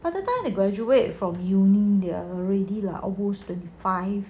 by that time the graduate from uni they are already lah almost twenty five